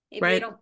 Right